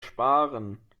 sparen